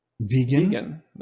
vegan